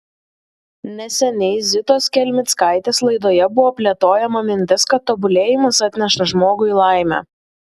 neseniai zitos kelmickaitės laidoje buvo plėtojama mintis kad tobulėjimas atneša žmogui laimę